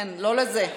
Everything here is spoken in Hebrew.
לא לזה.